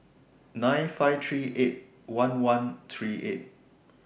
nine five three eight one one three eight